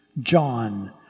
John